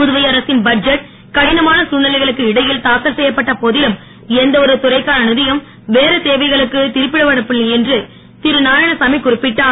புதுவை அரசின் பட்ஜெட் கடினமான தழ்நிலைகளுக்கு இடையில் தாக்கல் செய்யப்பட்ட போதிலும் எந்த ஒரு துறைக்கான நிதியும் வேறு தேவைகளுக்கு திருப்பிவிடப் படவில்லை என்று திருநாராயணசாமி குறிப்பிட்டார்